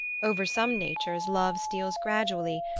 over some natures love steals gradually,